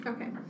Okay